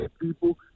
people